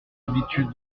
habitude